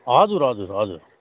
हजुर हजुर हजुर